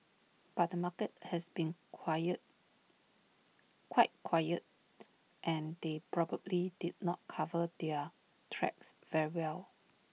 but the market has been quiet quite quiet and they probably did not cover their tracks very well